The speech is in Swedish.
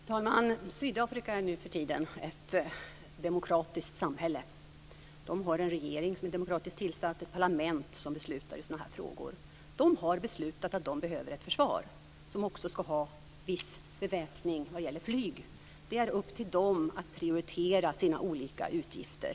Fru talman! Sydafrika är nuförtiden ett demokratiskt samhälle med en regering som är demokratiskt tillsatt och ett parlament som beslutar i sådana här frågor. De har beslutat att de behöver ett försvar som också ska ha viss beväpning vad gäller flyg. Det är upp till dem att prioritera sina olika utgifter.